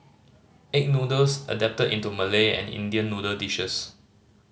egg noodles adapted into Malay and Indian noodle dishes